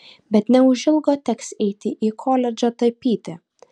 bet neužilgo teks eiti į koledžą tapyti